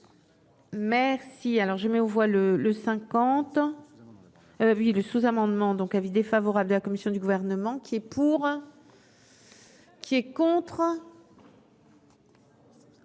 le cinquante ans oui le sous-amendement, donc avis défavorable de la commission du gouvernement qui est pour. Qui est contre.